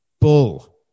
bull